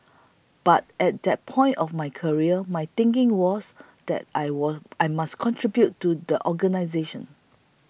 but at that point of my career my thinking was that I will I must contribute to the organisation